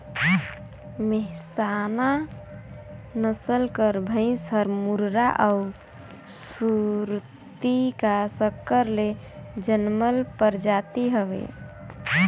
मेहसाना नसल कर भंइस हर मुर्रा अउ सुरती का संकर ले जनमल परजाति हवे